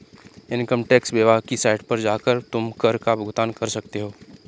income tax विभाग की site पर जाकर तुम कर का भुगतान कर सकते हो